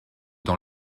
dans